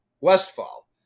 Westfall